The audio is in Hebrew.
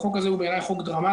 החוק הזה הוא בעיניי חוק דרמטי,